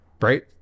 Right